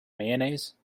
mayonnaise